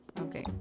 Okay